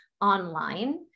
online